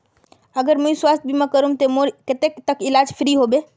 अगर मुई स्वास्थ्य बीमा करूम ते मोर कतेक तक इलाज फ्री होबे?